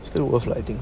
still worth it I think